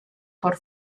por